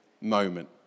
moment